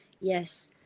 Yes